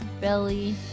belly